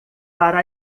para